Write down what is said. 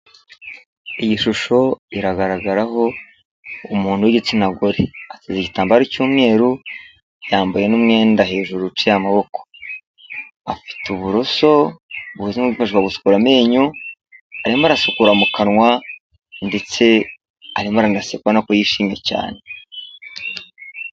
Iyi shusho iragaragaraho umuntu w'igitsina gore, ateze igitambaro cy'umweru, yambaye n'umwenda hejuru uciye amaboko. Afite uburoso bumeze nk'ubwo gusukura amenyo, arimo gusukura mu kanwa ndetse arimo aranaseka ubona ko yishimye cyane.